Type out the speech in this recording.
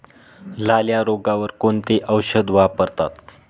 लाल्या रोगावर कोणते औषध वापरतात?